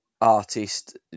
artist